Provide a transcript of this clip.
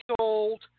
sold